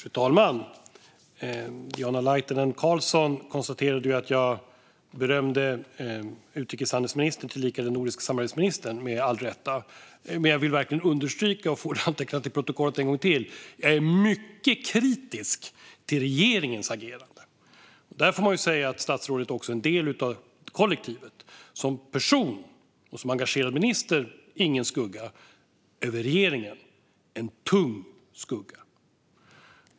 Fru talman! Diana Laitinen Carlsson konstaterar att jag berömde utrikeshandelsministern tillika den nordiska samarbetsministern, med all rätt. Men jag vill verkligen understryka för protokollets skull, ännu en gång: Jag är mycket kritisk till regeringens agerande. Där får man säga att statsrådet är en del av kollektivet. Som person och som engagerad minister - ingen skugga. Över regeringen - en tung skugga.